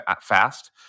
fast